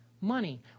money